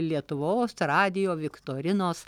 lietuvos radijo viktorinos